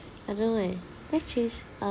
I don't like that change uh